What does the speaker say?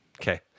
Okay